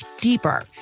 deeper